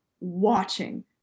watching